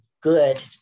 good